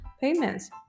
Payments